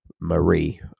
Marie